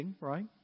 right